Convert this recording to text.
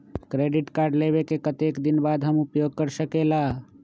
Credit card लेबे के कतेक दिन बाद हम उपयोग कर सकेला?